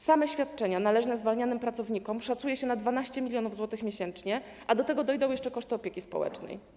Same świadczenia należne zwalnianym pracownikom szacuje się na 12 mln zł miesięcznie, a do tego dojdą jeszcze koszty opieki społecznej.